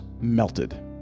melted